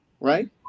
right